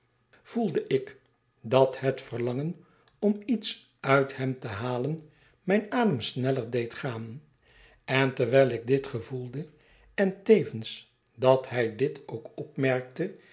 mij ik dat het verlangen om iets uit hem te halen mijn adem sneller deed gaan en terwijl ik dit gevoelde en tevens dat hij dit ook opmerkte